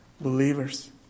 believers